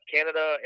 Canada